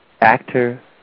actor